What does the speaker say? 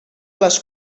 les